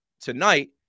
tonight